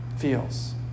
feels